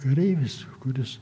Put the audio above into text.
kareivis kuris